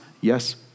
yes